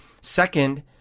Second